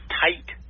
tight